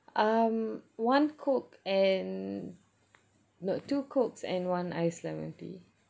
um one coke and no two cokes and one iced lemon tea